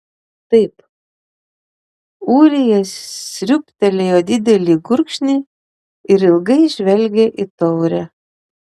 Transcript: taip ūrija sriūbtelėjo didelį gurkšnį ir ilgai žvelgė į taurę